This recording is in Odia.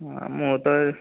ମୋର ତ ଏ